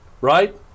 right